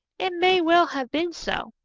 it may well have been so,